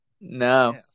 No